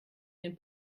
den